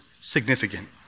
significant